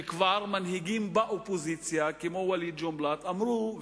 וכבר מנהיגים באופוזיציה כמו ואליד ג'ונבלאט אמרו,